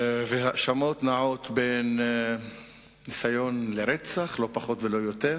וההאשמות נעות בין ניסיון לרצח, לא פחות ולא יותר,